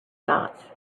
thoughts